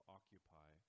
Occupy